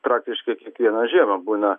praktiškai kiekvieną žiemą būna